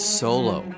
solo